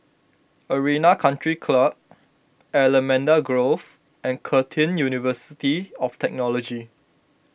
Arena Country Club Allamanda Grove and Curtin University of Technology